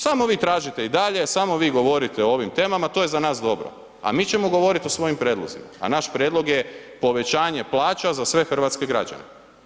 Samo vi tražite i dalje, samo vi govorite o ovim temama to je za nas dobro, a mi ćemo govoriti o svojim prijedlozima, a naš prijedlog je povećanje plaća za sve hrvatske građane.